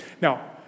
Now